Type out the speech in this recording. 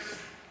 מקבלים פנסיה.